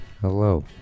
Hello